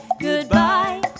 goodbye